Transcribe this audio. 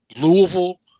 Louisville